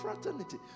fraternity